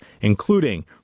including